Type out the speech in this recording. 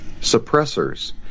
suppressors